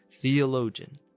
theologian